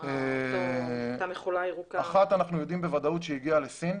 על אחת אנחנו יודעים בוודאות שהיא הגיעה לסין.